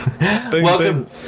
Welcome